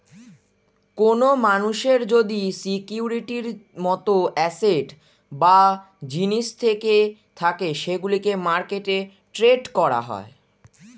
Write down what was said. কোন মানুষের যদি সিকিউরিটির মত অ্যাসেট বা জিনিস থেকে থাকে সেগুলোকে মার্কেটে ট্রেড করা হয়